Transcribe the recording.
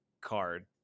card